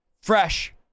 fresh